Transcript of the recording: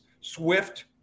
Swift